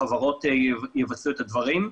החברות יבצעו את הדברים.